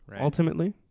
ultimately